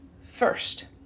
First